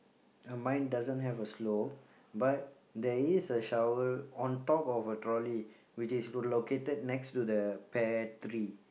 mine doesn't have a slope but there is a shower on top of a trolley which is located next to the pear tree